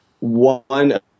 one